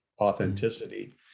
authenticity